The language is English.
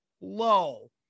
low